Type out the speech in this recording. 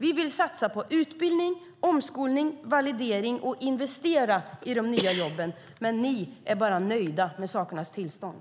Vi vill satsa på utbildning, omskolning och validering och investera i de nya jobben. Men ni är bara nöjda med sakernas tillstånd.